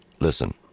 listen